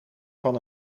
van